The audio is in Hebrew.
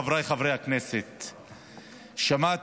חבריי חברי הכנסת שמעתי,